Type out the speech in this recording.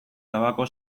tabako